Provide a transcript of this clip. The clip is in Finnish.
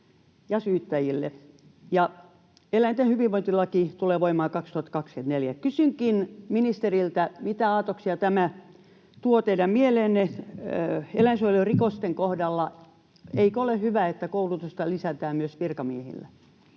ja syyttäjille. Eläinten hyvinvointilaki tulee voimaan 2024. Kysynkin ministeriltä, mitä aatoksia tämä tuo teidän mieleenne eläinsuojelurikosten kohdalla? Eikö ole hyvä, että koulutusta lisätään myös virkamiehillä?